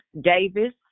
Davis